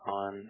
on